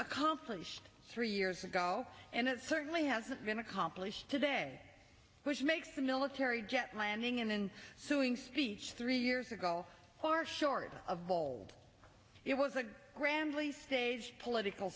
accomplished three years ago and it certainly hasn't been accomplished today which makes the military jet landing and in so doing speech three years ago or short of bold it was a grandly stage political